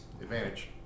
Advantage